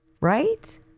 right